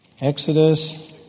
Exodus